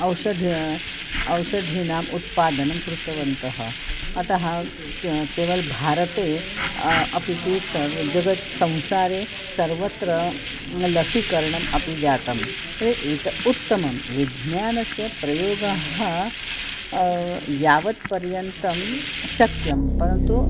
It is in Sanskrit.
औषधं ओषधीनाम् उत्पादनं कृतवन्तः अतः क् केवलं भारते अपि तु स जगत् संसारे सर्वत्र लसीकरणम् अपि जातम् प्र एतत् उत्तमं विज्ञानस्य प्रयोगः यावत् पर्यन्तं शक्यं परन्तु